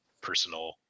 personal